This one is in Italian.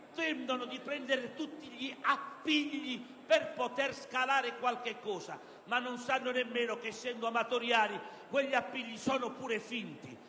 tendono a prendere tutti gli appigli per poter scalare qualche cosa, e non sanno nemmeno che, essendo amatoriali, quegli appigli sono pure finti: